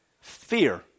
Fear